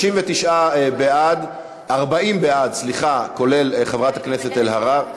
39 בעד, 40 בעד, סליחה, כולל חברת הכנסת אלהרר.